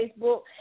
Facebook